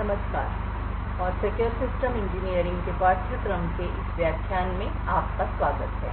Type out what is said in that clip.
नमस्कार और secure system engineering के पाठ्यक्रम में इस व्याख्यान में स्वागत है